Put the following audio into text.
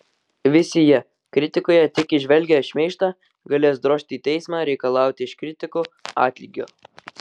visi jie kritikoje tik įžvelgę šmeižtą galės drožti į teismą reikalauti iš kritikų atlygio